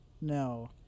No